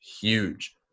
huge